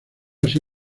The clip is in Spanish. así